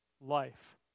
life